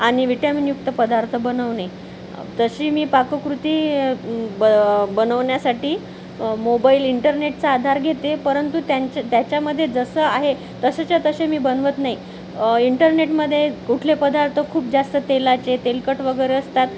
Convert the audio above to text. आणि विटॅमिनयुक्त पदार्थ बनवणे तशी मी पाककृती ब बनवण्यासाठी मोबाईल इंटरनेटचा आधार घेते परंतु त्यांचे त्याच्यामध्ये जसं आहे तसंच्या तसे मी बनवत नाही इंटरनेटमध्ये कुठले पदार्थ खूप जास्त तेलाचे तेलकट वगैरे असतात